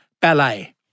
ballet